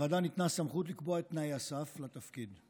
לוועדה ניתנה סמכות לקבוע את תנאי הסף לתפקיד,